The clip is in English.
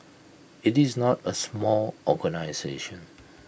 IT is not A small organisation